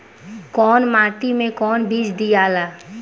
कौन माटी मे कौन बीज दियाला?